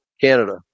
Canada